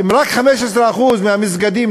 אם רק 15% מהמסגדים,